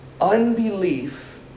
unbelief